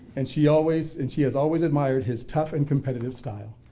and she always and she has always admired his tough and competitive style.